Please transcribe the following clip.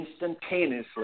instantaneously